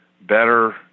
better